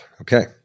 Okay